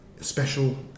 special